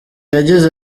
yagize